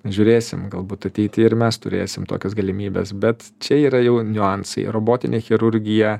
žiūrėsim galbūt ateity ir mes turėsim tokias galimybes bet čia yra jau niuansai robotinė chirurgija